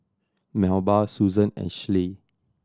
Melba Susan and Schley